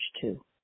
two